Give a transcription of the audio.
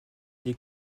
des